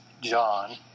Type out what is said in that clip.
John